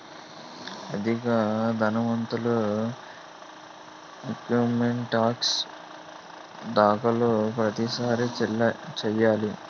అధిక ధనవంతులు income tax దాఖలు ప్రతిసారి చేయాలి